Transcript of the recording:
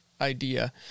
idea